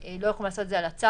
לא יכולים לעשות את זה על הצג,